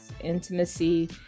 intimacy